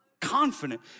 confident